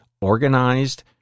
organized